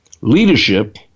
Leadership